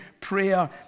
prayer